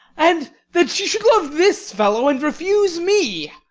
and that she should love this fellow, and refuse me!